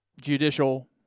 Judicial